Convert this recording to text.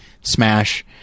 smash